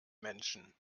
menschen